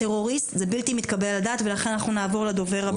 "טרוריסט" זה בלתי מתקבל על הדעת ולכן אנחנו נעבור לדובר הבא.